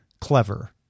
clever